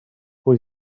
pwy